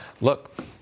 look